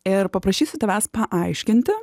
ir paprašysiu tavęs paaiškinti